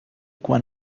quan